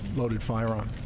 loaded firearms